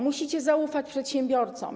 Musicie zaufać przedsiębiorcom.